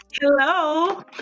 hello